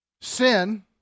Sin